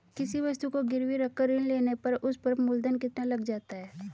किसी वस्तु को गिरवी रख कर ऋण लेने पर उस पर मूलधन कितना लग जाता है?